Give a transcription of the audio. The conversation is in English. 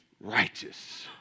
righteous